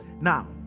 now